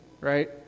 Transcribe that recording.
right